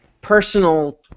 personal